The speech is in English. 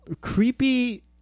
creepy